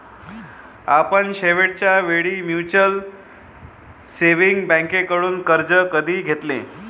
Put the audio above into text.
आपण शेवटच्या वेळी म्युच्युअल सेव्हिंग्ज बँकेकडून कर्ज कधी घेतले?